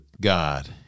God